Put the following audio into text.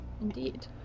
indeed